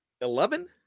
Eleven